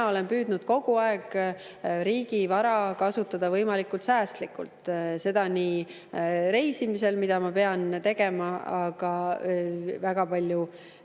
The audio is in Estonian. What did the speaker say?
olen püüdnud kogu aeg riigi vara kasutada võimalikult säästlikult. Seda nii reisimisel, mida ma pean tegema väga palju